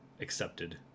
accepted